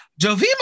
Jovima